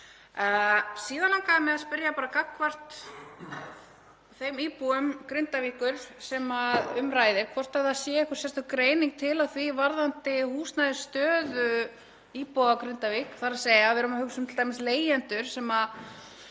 Síðan langaði mig að spyrja, gagnvart þeim íbúum Grindavíkur sem um ræðir, hvort það sé einhver sérstök greining til varðandi húsnæðisstöðu íbúa í Grindavík, þ.e. við erum að hugsa um t.d. leigjendur sem